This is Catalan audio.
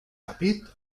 ràpid